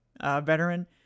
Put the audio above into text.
veteran